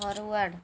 forward